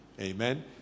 amen